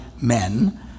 men